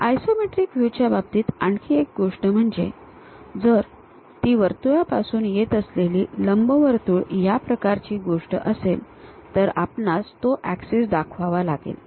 isometric व्ह्यूच्या बाबतीत आणखी एक गोष्ट म्हणजे जर ती वर्तुळातून येत असलेली लंबवर्तुळ या प्रकारची गोष्ट असेल तर आपणास तो ऍक्सिस दाखवावा लागेल